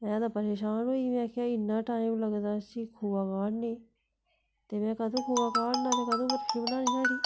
में ते परेशान होई गेई में आक्खेआ इन्ना टाइम लगदा इसी खोआ काढ़ने गी दी ते में कदूं खोआ काढ़ना कदूं बर्फी बनानी